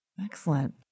Excellent